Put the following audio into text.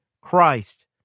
Christ